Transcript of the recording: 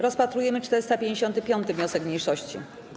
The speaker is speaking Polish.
Rozpatrujemy 455. wniosek mniejszości.